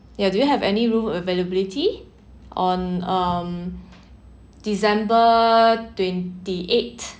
yeah do you have any room availability on um december twenty-eight